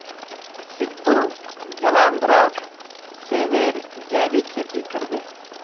सिद्धू जालंधरत सेबेर जैविक खेती कर बे